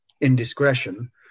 indiscretion